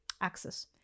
access